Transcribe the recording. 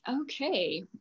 Okay